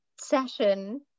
session